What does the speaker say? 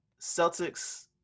Celtics